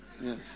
yes